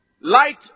Light